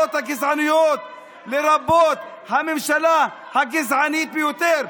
לרבות הממשלה הגזענית ביותר.